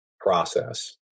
process